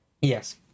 Yes